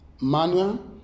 manual